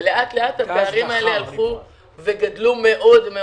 אבל לאט לאט הפערים האלה הלכו וגדלו מאוד.